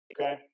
okay